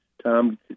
Tom